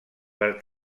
per